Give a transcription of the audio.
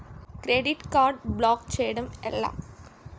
Credit card block చేయడం ఎలా?